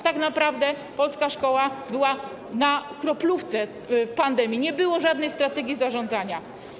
Tak naprawdę polska szkoła była na kroplówce w pandemii, nie było żadnej strategii zarządzania.